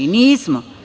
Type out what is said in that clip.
Nismo.